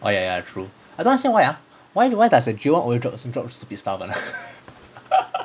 orh ya ya true ah I don't understand why ah why does the geo always drop the stupid drop the stupid stuffs [one] ah